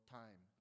time